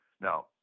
Now